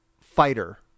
fighter